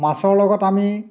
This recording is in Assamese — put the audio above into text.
মাছৰ লগত আমি